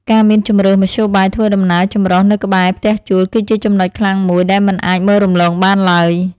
ការមានជម្រើសមធ្យោបាយធ្វើដំណើរចម្រុះនៅក្បែរផ្ទះជួលគឺជាចំណុចខ្លាំងមួយដែលមិនអាចមើលរំលងបានឡើយ។